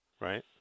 right